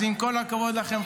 אז עם כל הכבוד לכם,